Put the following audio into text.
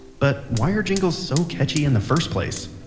but why are jingles so catchy in the first place?